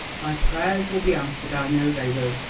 my prayers will be answered, i know they will.